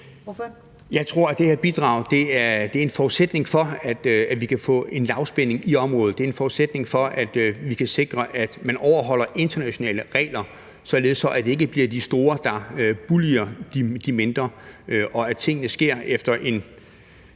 (V): Jeg tror, at det her bidrag er en forudsætning for, at vi kan få lavspænding i området; det er en forudsætning for, at vi kan sikre, at man overholder internationale regler, således at det ikke bliver de store, der bullier de mindre, og at tingene sker efter en